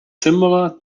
similar